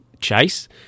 chase